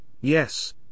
yes